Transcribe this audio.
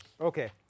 Okay